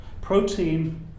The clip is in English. Protein